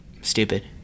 stupid